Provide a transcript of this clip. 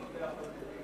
כבוד היושב-ראש,